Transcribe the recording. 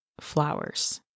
flowers